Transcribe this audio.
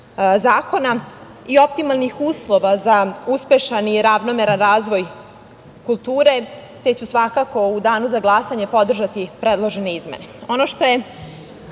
zakona i optimalnih uslova za uspešan i ravnomeran razvoj kulture, te ću svakako u danu za glasanje podržati predložene izmene. Ono